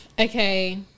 Okay